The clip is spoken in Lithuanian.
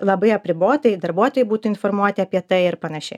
labai apribotai darbuotojai būtų informuoti apie tai ir panašiai